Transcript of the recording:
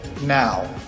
now